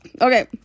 Okay